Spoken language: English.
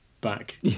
back